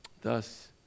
Thus